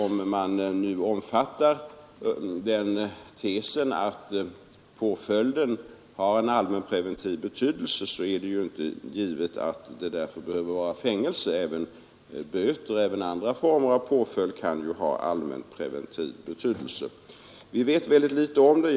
Om man omfattar den tesen att påföljden har en allmänpreventiv betydelse, är det inte givet att påföljden därför behöver vara fängelse. Även böter och andra former av påföljd kan ju ha allmänpreventiv betydelse. Vi vet väldigt litet om det.